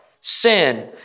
sin